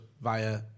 via